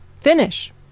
Finish